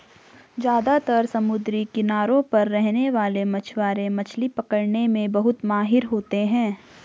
ज्यादातर समुद्री किनारों पर रहने वाले मछवारे मछली पकने में बहुत माहिर होते है